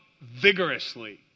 vigorously